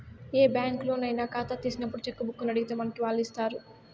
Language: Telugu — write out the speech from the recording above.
ఏ బ్యాంకులోనయినా కాతా తీసినప్పుడు చెక్కుబుక్కునడిగితే మనకి వాల్లిస్తారు